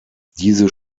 diese